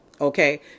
Okay